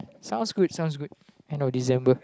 sounds good sounds good end of December